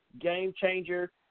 game-changer